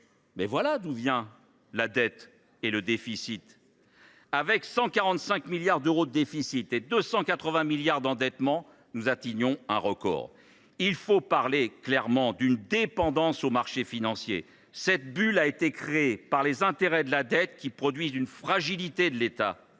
Voilà d’où viennent la dette et le déficit ! Avec 145 milliards d’euros de déficit et 280 milliards d’euros d’endettement, nous atteignons un record. Il faut clairement parler d’une dépendance aux marchés financiers. Cette bulle a été créée par les intérêts de la dette, qui produisent une fragilité de l’État.